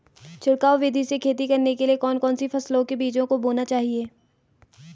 छिड़काव विधि से खेती करने के लिए कौन कौन सी फसलों के बीजों को बोना चाहिए?